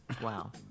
Wow